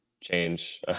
change